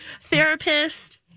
Therapist